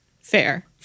Fair